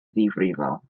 difrifol